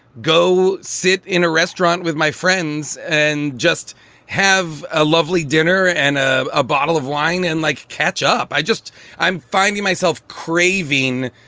go sit in a restaurant with my friends and just have a lovely dinner dinner and ah a bottle of wine and, like, catch up. i just i'm finding myself craving,